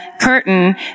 curtain